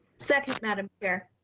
second, madam chair.